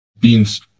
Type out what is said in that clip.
beans